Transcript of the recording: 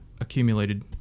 accumulated